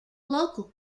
local